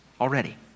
Already